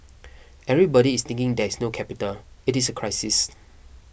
everybody is thinking there is no capital it is a crisis